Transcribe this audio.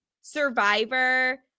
survivor